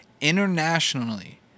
Internationally